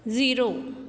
zero